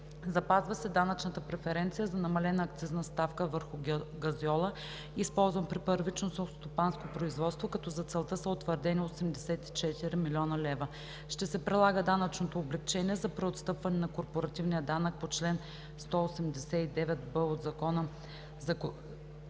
Запазва се данъчната преференция за намалена акцизна ставка върху газьола, използван при първичното селскостопанско производство, като за целта са утвърдени 84 млн. лв. Ще се прилага данъчното облекчение за преотстъпване на корпоративния данък по чл. 189б от Закона за